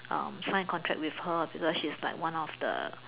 um sign a contract with her because she's like one of the